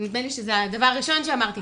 נדמה לי שזה הדבר הראשון שאמרתי,